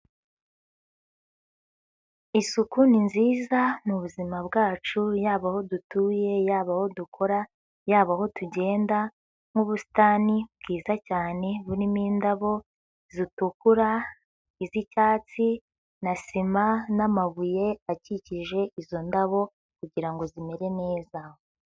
Isuku ni nziza mu buzima bwacu yaba aho dutuye yaba aho dukora yaba aho tugenda, nk'ubusitani bwiza cyane burimo indabo zitukura iz'icyatsi na sima n'amabuye akikije izo ndabo kugira ngo zimere neza.